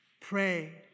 Pray